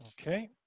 Okay